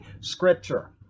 Scripture